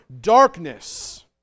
darkness